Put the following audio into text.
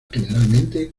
generalmente